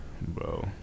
bro